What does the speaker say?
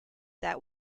that